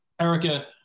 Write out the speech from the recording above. Erica